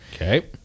Okay